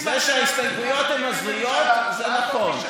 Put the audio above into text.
אם אתם, זה שההסתייגויות הן הזויות זה נכון.